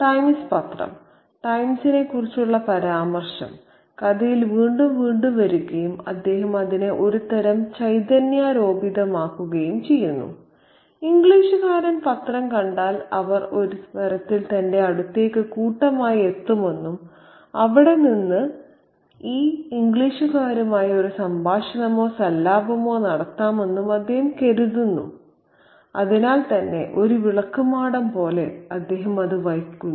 times പത്രം ടൈംസിനെക്കുറിച്ചുള്ള പരാമർശം കഥയിൽ വീണ്ടും വീണ്ടും വരുകയും അദ്ദേഹം അതിനെ ഒരുതരം ചൈതന്യരോപിതമാക്കുകയും ചെയ്യുന്നു ഇംഗ്ലീഷുകാരൻ പത്രം കണ്ടാൽ അവർ ഒരു തരത്തിൽ തന്റെ അടുത്തേക്ക് കൂട്ടമായി എത്തുമെന്നും അവിടെ നിന്ന് ഈ ഇംഗ്ലീഷുകാരുമായി ഒരു സംഭാഷണമോ സല്ലാപമോ നടത്താമെന്നും അദ്ദേഹം കരുതുന്നതിനാൽ ഒരു വിളക്കുമാടം പോലെ അദ്ദേഹം അത് വഹിക്കുന്നു